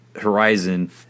Horizon